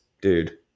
dude